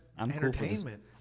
entertainment